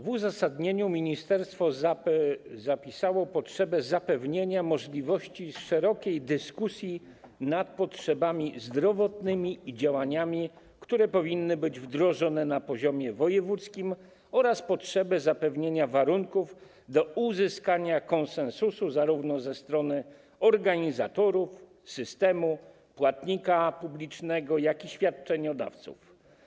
W uzasadnieniu ministerstwo zapisało, że jest potrzeba zapewnienia możliwości szerokiej dyskusji nad potrzebami zdrowotnymi i działaniami, które powinny być wdrożone na poziomie wojewódzkim, oraz potrzeba zapewnienia warunków do uzyskania konsensusu zarówno ze strony organizatorów systemu płatnika publicznego, jak i świadczeniodawców.